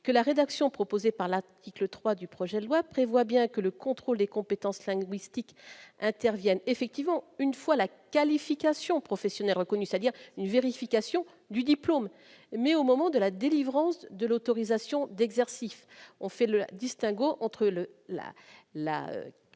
que la rédaction proposée par la tactique, le 3 du projet de loi prévoit bien que le contrôle des compétences linguistiques interviennent effectivement une fois la qualification professionnelle reconnue, c'est-à-dire une vérification du diplôme, mais au moment de la délivrance de l'autorisation d'exercice, on fait le distinguo entre le la la vérification